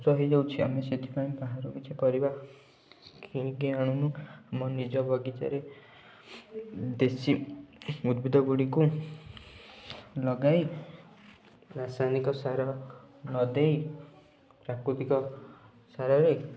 ଖର୍ଚ୍ଚ ହେଇଯାଉଛି ଆମେ ସେଥିପାଇଁ ବାହାରୁ କିଛି ପରିବା କିଣିକି ଆଣୁନୁ ଆମ ନିଜ ବଗିଚାରେ ଦେଶୀ ଉଦ୍ଭିଦ ଗୁଡ଼ିକୁ ଲଗାଇ ରାସାୟନିକ ସାର ନଦେଇ ପ୍ରାକୃତିକ ସାରରେ